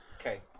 Okay